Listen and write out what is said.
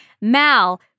Mal